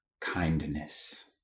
kindness